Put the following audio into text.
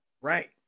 Right